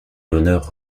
l’honneur